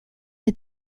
est